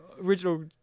original